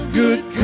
good